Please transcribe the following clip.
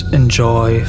enjoy